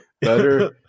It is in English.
Better